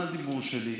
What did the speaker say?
חבר הכנסת סער,